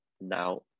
now